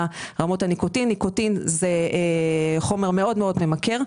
ניקוטין זה חומר מאוד מאוד ממכר.